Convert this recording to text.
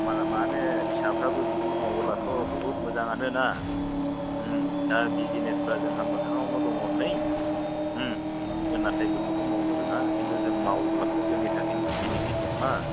माने फिसाफोराबो बिदि मावोब्लाथ' बहुद मोजांआनो ना दा बिज्सनेसफ्रा जोंहा मोखांआवनो दङ नै जोङो नाथाय बेफोरखौ मावनो रोङा किन्तु जों मावोब्लाथ' जोंनि थाखायनो बेनिफत दंना